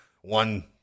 one